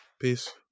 Peace